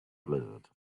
blizzard